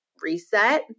reset